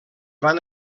van